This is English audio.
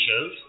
shows